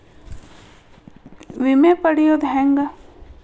ವಿಮೆ ಪಡಿಯೋದ ಹೆಂಗ್?